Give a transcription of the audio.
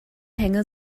hänge